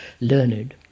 learned